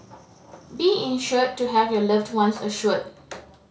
be insured to have your loved ones assured